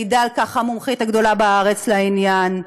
מעידה על כך המומחית הגדולה בארץ לעניין,